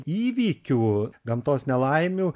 įvykių gamtos nelaimių